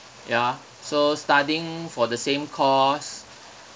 ya so studying for the same course